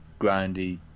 grindy